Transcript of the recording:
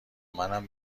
منم